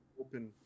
open